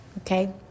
okay